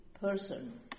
person